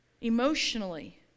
emotionally